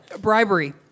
Bribery